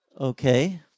Okay